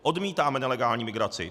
Odmítáme nelegální migraci.